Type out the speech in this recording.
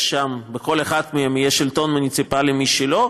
לכל אחת מהן יהיה שלטון מוניציפלי משלה,